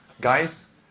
guys